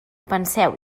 penseu